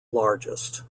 largest